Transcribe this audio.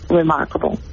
remarkable